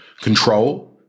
control